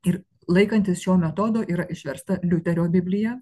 ir laikantis šio metodo yra išversta liuterio biblija